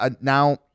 now